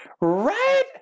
Right